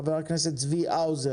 חבר הכנסת צבי האוזר.